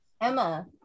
Emma